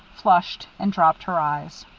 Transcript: flushed, and dropped her eyes.